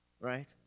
right